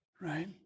right